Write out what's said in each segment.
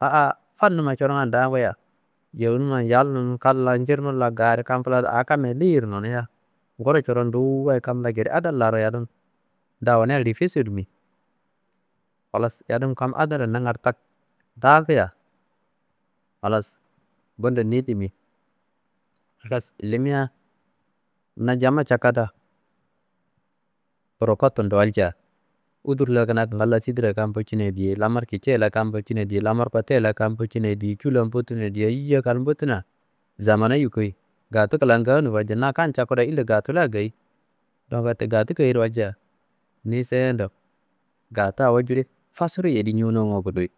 Aa fannuman corongan danguyiya yowunummma n yal- nun kan la njirnum la ga are a kamya leyeyiro nonuyiya ngoro coron nduwuwayi kan la gede adal laro yadun nda awoniyadi life sodu mi. Halas yadum kam adallo tak danguya halas bundo ni limi. Halas limia na jamma cakadaro kotumro walcia udur la kuna gangal la sidira kan focina ye diye lamar kici kn focina ye diye lamar kotu ye kan focina ye diye cu la fotunoyina ye diye eyiwa kal mbotuna zamana yukoyi gatu klan ganoyiro walcia na kan cakuda ile gatu la gayi do wette gatu gayiro walca niyi sendo gatu awo jili fasuruwuyedii ñonowungu kuduyi.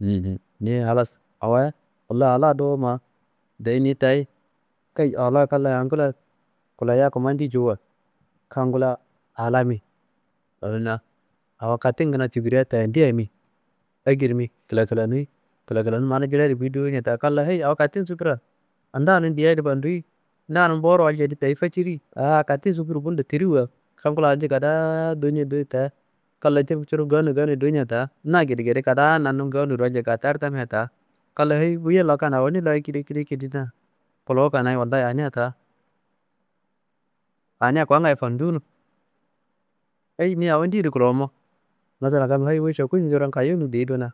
«hesitation » niye halas awoye wola dowu ma deyi ni tayi keyi kan la angula kuloyiya kinmandi jowuwa kanngula a la mi «unitelligible» awo katin kina cukuria tandia mi ekedi mi klaklanuyi klaklanuyi mana jli adi jikuyi dowo ña ta kan layi heyi awo katin sukura ndanum diya da fanduyi ndanum boro walca da deyi faciri. Aa awo katin sukuru bundo tiriwa kanngu la a ñeyi kadaa do ñei ta kan la «unitelligible» nganoyi nganoyi dowu ña ta na gedede kadaan nanum ganoyiro walcia gatu adi tamia ta kan la heyi wuye lakan awoni la ekediekedi egedi na kolokanayi wallayi aniya ta aniya kowa ngayi fandunu heyi niyi awo ndedi kolomo? Masalamn hayi wu šokušni coron kayowuni deyido na